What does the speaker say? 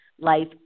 life